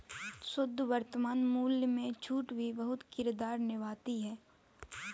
शुद्ध वर्तमान मूल्य में छूट भी बहुत बड़ा किरदार निभाती है